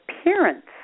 appearance